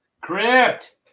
crypt